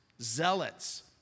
zealots